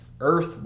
Earth